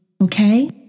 Okay